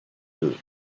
deux